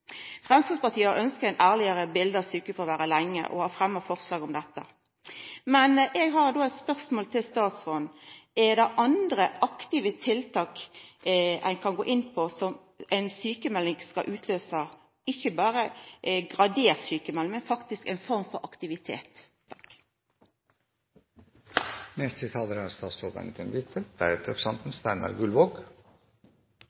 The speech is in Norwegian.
Framstegspartiet har ønskt eit ærlegare bilete av sjukefråværet lenge og har fremma forslag om det. Eg har då eit spørsmål til statsråden: Er det andre aktive tiltak ein kan gå inn på, som ei sjukmelding skal utløysa – ikkje berre gradert sjukmelding, men faktisk ein form for aktivitet?